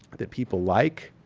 that people like.